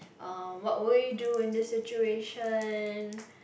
uh what would you do in this situation